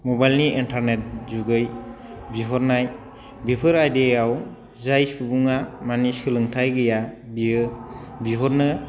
मबाइलनि इन्टारनेट जुगै बिहरनाय बेफोर आयदायाव जाय सुबुङा माने सोलोंथाय गैया बियो बिहरनो